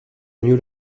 new